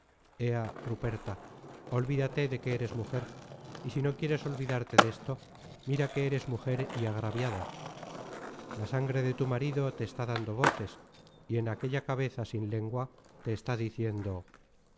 ea ruperta olvídate de que eres mujer y si no quieres olvidarte desto mira que eres mujer y agraviada la sangre de tu marido te está dando voces y en aquella cabeza sin lengua te está diciendo